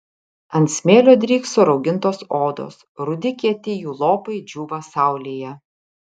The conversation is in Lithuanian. ant smėlio drykso raugintos odos rudi kieti jų lopai džiūva saulėje